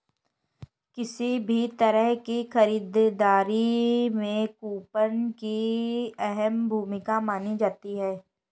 किसी भी तरह की खरीददारी में कूपन की अहम भूमिका मानी जाती है